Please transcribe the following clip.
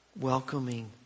welcoming